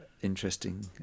interesting